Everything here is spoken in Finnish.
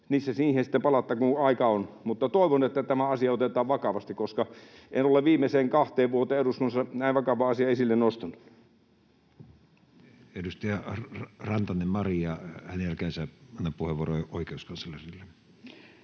ja niihin sitten palataan, kun aika on, mutta toivon, että tämä asia otetaan vakavasti, koska en ole viimeiseen kahteen vuoteen eduskunnassa näin vakavaa asiaa esille nostanut. Edustaja Rantanen, Mari. — Hänen jälkeensä annan puheenvuoron oikeuskanslerille.